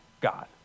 God